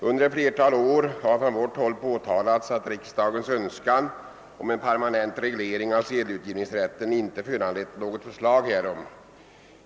Under ett flertal år har från vårt håll påtalats att riksdagens önskan om en permanent reglering av sedelutgivningsrätten inte föranlett något förslag härom.